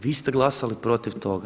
Vi ste glasali protiv toga.